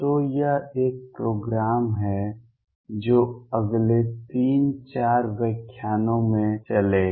तो यह एक प्रोग्राम है जो अगले 3 4 व्याख्यानों में चलेगा